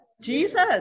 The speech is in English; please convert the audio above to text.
Jesus